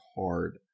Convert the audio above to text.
hard